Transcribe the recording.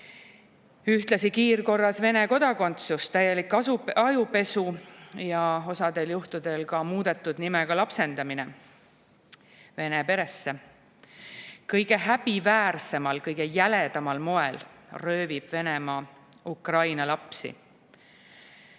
Ühtlasi kiirkorras Vene kodakondsus, täielik ajupesu ja osal juhtudel ka muudetud nimega lapsendamine Vene peresse. Kõige häbiväärsemal, kõige jäledamal moel röövib Venemaa Ukraina lapsi. Saab